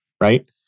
right